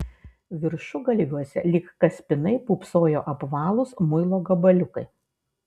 viršugalviuose lyg kaspinai pūpsojo apvalūs muilo gabaliukai